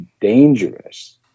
dangerous